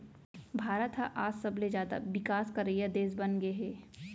भारत ह आज सबले जाता बिकास करइया देस बनगे हे